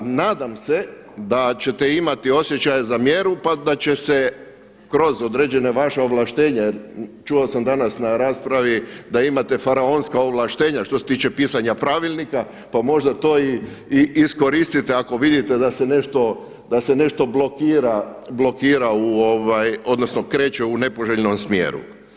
Nadam se da ćete imati osjećaj za mjeru pa da će se kroz određena vaša ovlaštenja jer čuo sam danas na raspravi da imate faraonska ovlaštenja što se tiče pisanja pravilnika pa možda to i iskoristite ako vidite da se nešto blokira odnosno kreće u nepoželjnom smjeru.